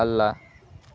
ಅಲ್ಲ